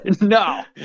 No